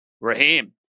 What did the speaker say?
Raheem